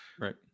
Right